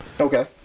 Okay